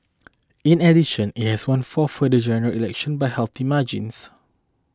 in addition it has won four further General Elections by healthy margins